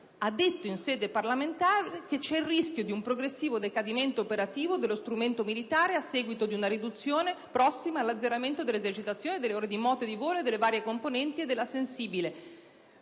in sede parlamentare che c'è il rischio di un progressivo decadimento operativo dello strumento militare, a seguito di una riduzione, prossima all'azzeramento, delle esercitazioni, delle ore di moto e di volo delle varie componenti e della sensibile